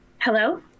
Hello